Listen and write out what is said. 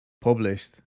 published